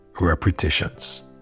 repetitions